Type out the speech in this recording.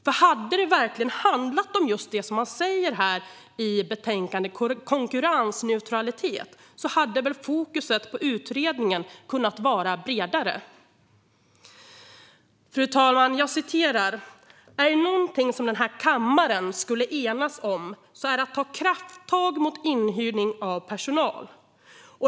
För hade det verkligen handlat om just det som nämns i betänkandet, konkurrensneutralitet, hade väl fokuset för utredningen kunnat vara bredare? Fru talman! Jag citerar: "Är det något som denna kammare borde enas om är det att ta krafttag mot den inhyrda personalen.